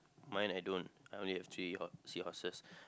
mine I don't I only have three horse seahorses